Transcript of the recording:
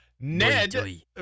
Ned